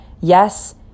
yes